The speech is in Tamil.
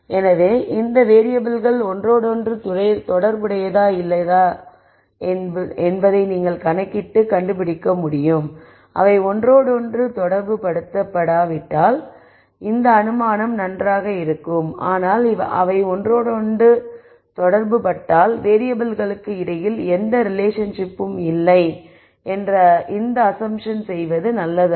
எனவே இந்த வேறியபிள்கள் ஒன்றோடொன்று தொடர்புடையதா இல்லையா என்பதை நீங்கள் கணக்கிட்டு கண்டுபிடிக்க முடியும் அவை ஒன்றோடொன்று தொடர்புபடுத்த படாவிட்டால் இந்த அனுமானம் நன்றாக இருக்கும் ஆனால் அவை ஒன்றோடொன்று தொடர்புபட்டால் வேறியபிள்களுக்கு இடையில் எந்த ரிலேஷன்ஷிப்பும் இல்லை என்ற இந்த அஸம்ப்ஷன் செய்வது நல்லதல்ல